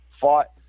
fought